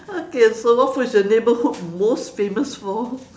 okay so what food is your neighborhood most famous for